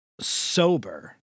Sober